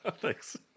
Thanks